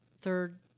third